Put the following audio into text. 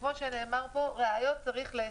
וכמו שנאמר פה, ראיות צריך לאסוף.